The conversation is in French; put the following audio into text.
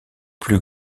plus